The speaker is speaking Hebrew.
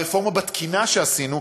והרפורמה בתקינה שעשינו,